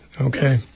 Okay